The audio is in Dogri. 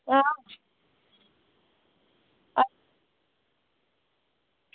आं